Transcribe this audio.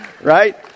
right